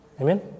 Amen